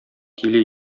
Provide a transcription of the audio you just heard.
тиле